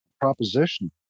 proposition